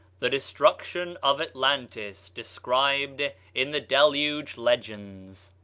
the destruction of atlantis described in the deluge legends.